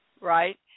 right